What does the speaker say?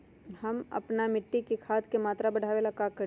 हम अपना मिट्टी में खाद के मात्रा बढ़ा वे ला का करी?